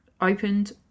opened